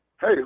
Hey